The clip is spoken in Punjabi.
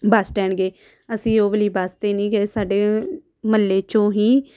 ਬੱਸ ਸਟੈਂਡ ਗਏ ਅਸੀਂ ਉਹ ਵਾਲੀ ਬੱਸ 'ਤੇ ਨਹੀਂ ਗਏ ਸਾਡੇ ਮੁਹੱਲੇ 'ਚੋਂ ਹੀ